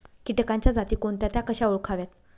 किटकांच्या जाती कोणत्या? त्या कशा ओळखाव्यात?